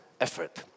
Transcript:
effort